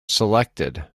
selected